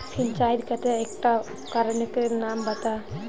सिंचाईर केते एकटा उपकरनेर नाम बता?